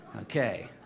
Okay